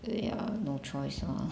ya no choice lor